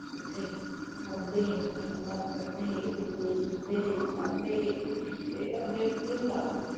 उत्थै बौंह्दे हे गल्लबात करदे हे इक दुए ही सुनदे हे सनान्दे हे ते अग्गें केह् होंदा हा